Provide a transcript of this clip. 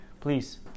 please